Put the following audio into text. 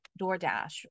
DoorDash